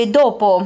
dopo